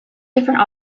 different